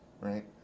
right